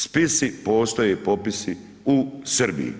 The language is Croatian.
Spisi postoje i popisi u Srbiji.